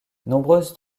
nombreuses